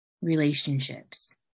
relationships